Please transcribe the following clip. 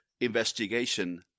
investigation